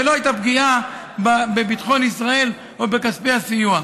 לא הייתה פגיעה בביטחון ישראל או בכספי הסיוע.